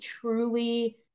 truly